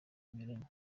banyuranye